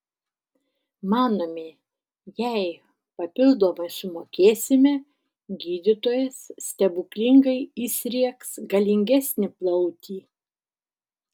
manome jei papildomai sumokėsime gydytojas stebuklingai įsriegs galingesnį plautį